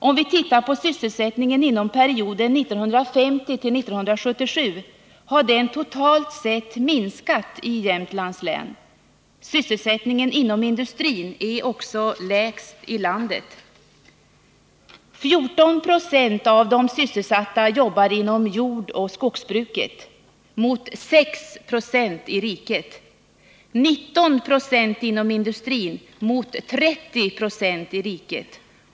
Om vi tittar på sysselsättningen inom perioden 1950-1977, finner vi att den totalt sett har minskat i Jämtlands län. Sysselsättningen inom industrin är också lägst i landet. 14 96 av de sysselsatta jobbar inom jordoch skogsbruket, mot 6 9o i riket. 19 20 jobbar inom industrin, mot 30 Yo i riket.